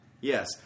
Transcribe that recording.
Yes